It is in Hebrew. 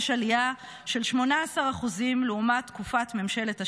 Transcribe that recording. יש עלייה של 18% לעומת תקופת ממשלת השינוי,